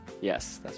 Yes